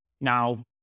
Now